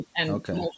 Okay